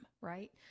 right